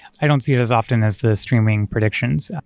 i don't see it as often as the streaming predictions.